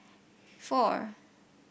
four